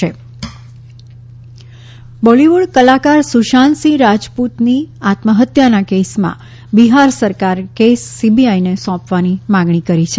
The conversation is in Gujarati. સીબીઆઈ સુશાંત બોલિવુડ કલાકાર સુશાંત સિંહ રાજપૂતની આત્મહત્યાના કેસમાં બિહાર સરકારે કેસ સીબીઆઈને સોપવાની માંગણી કરી છે